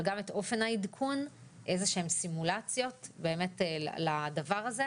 אבל גם את אופן העדכון - איזשהן סימולציות לדבר הזה,